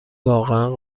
واقعا